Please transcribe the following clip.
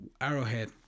arrowhead